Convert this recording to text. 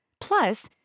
Plus